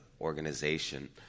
organization